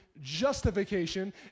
justification